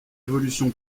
évolution